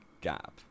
gap